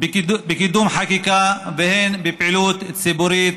בקידום חקיקה והן בפעילות ציבורית